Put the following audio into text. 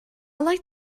like